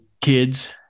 kids